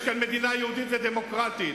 שיש כאן מדינה יהודית ודמוקרטית